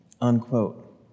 unquote